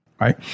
Right